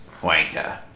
Wanker